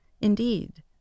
Indeed